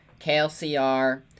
KLCR